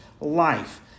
life